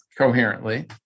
coherently